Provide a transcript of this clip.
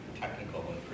technical